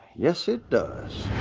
yes, it does.